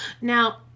Now